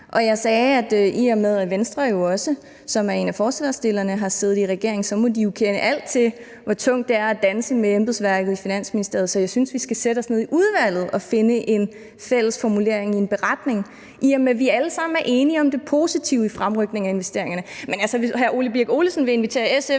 og jeg sagde, at Venstre, som er en af forslagsstillerne, i og med at de har siddet i regering, jo så også må kende alt til, hvor tungt det er at danse med embedsværket i Finansministeriet. Så jeg synes, vi skal sætte os ned i udvalget og finde en fælles formulering i en beretning, i og med at vi alle sammen er enige om det positive i fremrykningen af investeringerne. Men hvis hr. Ole Birk Olesen vil invitere SF